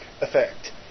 effect